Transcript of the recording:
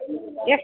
ಎಷ್ಟು